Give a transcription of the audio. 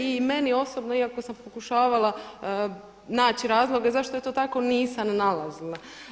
I meni osobno iako sam pokušavala naći razloga zašto je to tako nisam nalazila.